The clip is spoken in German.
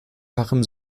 fachem